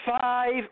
five